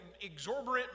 exorbitant